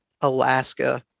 Alaska